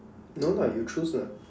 no lah you choose lah